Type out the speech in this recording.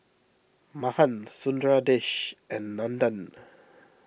Mahan Sundaresh and Nandan